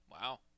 Wow